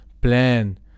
plan